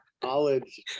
college